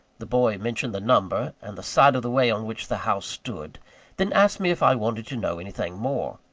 the boy mentioned the number, and the side of the way on which the house stood then asked me if i wanted to know anything more.